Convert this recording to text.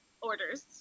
orders